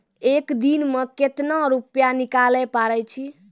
एक दिन मे केतना रुपैया निकाले पारै छी?